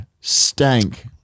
Stank